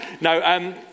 No